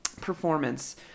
performance